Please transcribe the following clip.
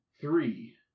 three